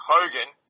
Hogan